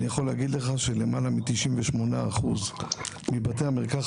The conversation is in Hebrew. אני יכול להגיד לך שמעל ל-98% מבתי המרקחת